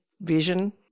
vision